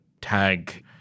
tag